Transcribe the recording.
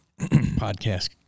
podcast